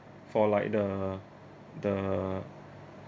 for like the the